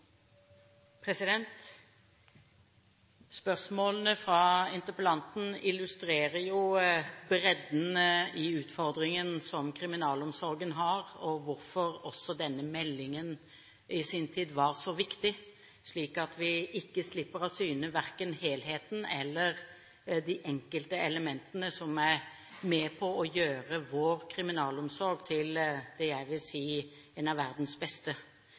Spørsmålene fra interpellanten illustrerer bredden i utfordringene som kriminalomsorgen har, og også hvorfor denne meldingen i sin tid var så viktig. Så vi må ikke slippe av syne verken helheten eller de enkelte elementene som er med på å gjøre vår kriminalomsorg til det jeg vil si er en av verdens beste.